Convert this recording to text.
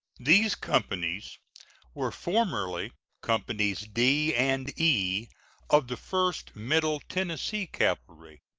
these companies were formerly companies d and e of the first middle tennessee cavalry.